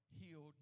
healed